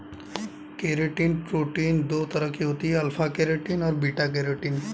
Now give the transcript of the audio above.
keratin protein दो तरह की होती है अल्फ़ा केरेटिन और बीटा केरेटिन